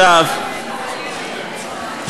לשווא,